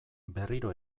berriro